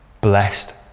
Blessed